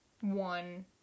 one